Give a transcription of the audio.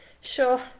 sure